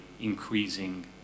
increasing